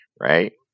right